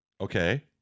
Okay